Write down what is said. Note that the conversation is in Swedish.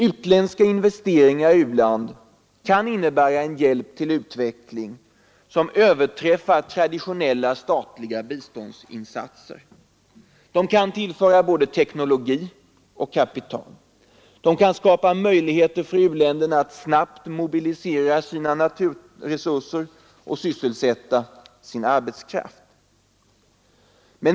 Utländska investeringar i u-land kan innebära en hjälp till utveckling som överträffar traditionella statliga biståndsinsatser. De kan tillföra både teknologi och kapital. De kan skapa möjligheter för u-länderna att snabbt mobilisera sina naturresurser och sysselsätta sin arbetskraft.